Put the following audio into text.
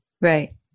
Right